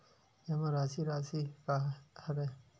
जमा राशि राशि का हरय?